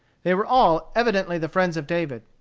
they were all evidently the friends of david.